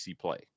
play